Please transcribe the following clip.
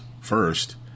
first